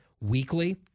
weekly